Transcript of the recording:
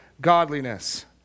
godliness